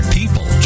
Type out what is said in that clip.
People